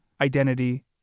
identity